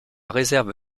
réserve